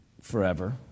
forever